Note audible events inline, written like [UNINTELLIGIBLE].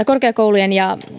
[UNINTELLIGIBLE] korkeakoulujen ja